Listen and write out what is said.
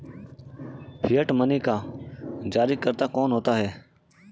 Fiat money का जारीकर्ता कौन होता है?